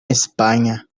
españa